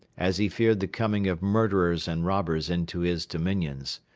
as he feared the coming of murderers and robbers into his dominions.